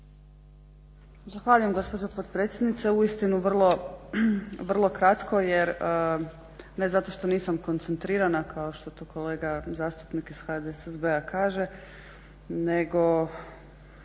Zahvaljujem gospođo potpredsjednice. Uistinu vrlo kratko jer ne zato što nisam koncentrirana kao što to kolega zastupnik iz HDSSB-a kaže nego